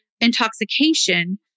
intoxication